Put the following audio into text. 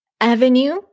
avenue